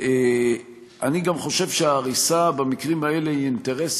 אני גם חושב שהריסה במקרים האלה היא אינטרס